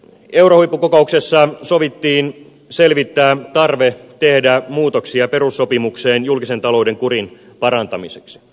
eurohuippukokouksessa sovittiin selvittää tarve tehdä muutoksia perussopimuksiin julkisen talouden kurin parantamiseksi